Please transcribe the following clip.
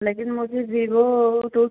लेकिन मुझे Vivo to